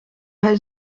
hij